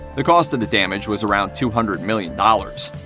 the cost of the damage was around two hundred million dollars.